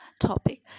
topic